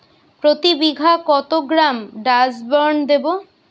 বিঘাপ্রতি কত gram Dursban দেবো?